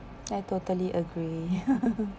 I totally agree